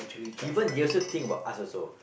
even they're also think about us also